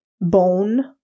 bone